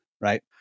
right